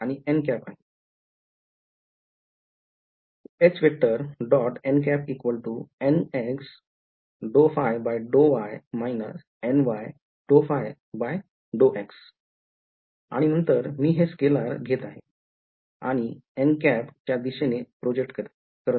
nx∂ϕ∂y ny∂ϕ∂x आणि नंतर मी हे स्केलर घेत आहे आणि n च्या दिशेने प्रोजेक्ट करत आहे